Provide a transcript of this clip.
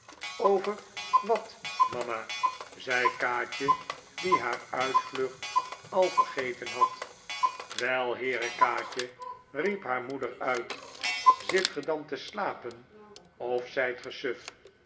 over wat mama zei kaatje die haar uitvlucht al vergeten had wel heere kaatje riep haar moeder uit zit ge dan te slapen of zijt